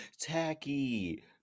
tacky